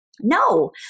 No